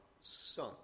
son